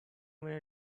many